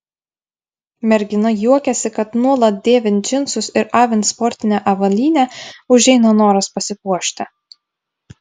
mergina juokiasi kad nuolat dėvint džinsus ir avint sportinę avalynę užeina noras pasipuošti